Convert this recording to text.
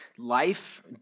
Life